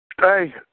Hey